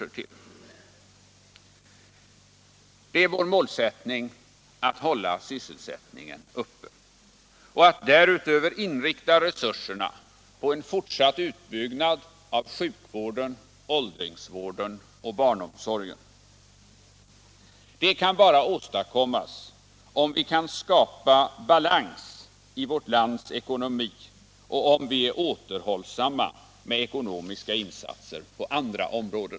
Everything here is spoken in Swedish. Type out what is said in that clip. Det är vår målsättning att hålla sysselsättningen uppe och att där utöver inrikta resurserna på en fortsatt utbyggnad av sjukvården, åldringsvården och barnomsorgen. Det kan bara åstadkommas om vi kan skapa balans i vårt lands ekonomi och om vi är återhållsamma med ekonomiska insatser på andra områden.